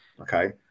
okay